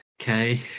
Okay